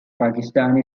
pakistani